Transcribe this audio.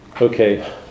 Okay